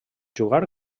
jugar